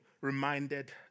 reminded